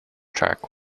track